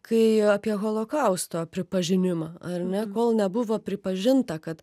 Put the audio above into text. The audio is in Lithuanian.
kai apie holokausto pripažinimą ar ne kol nebuvo pripažinta kad